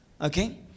okay